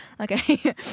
Okay